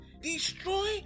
destroy